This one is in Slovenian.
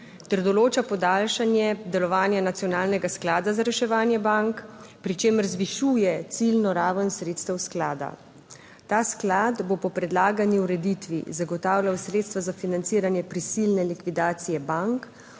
ter določa podaljšanje delovanja nacionalnega sklada za reševanje bank, pri čemer zvišuje ciljno raven sredstev sklada. Ta sklad bo po predlagani ureditvi zagotavljal sredstva za financiranje prisilne likvidacije bank,